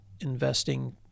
investing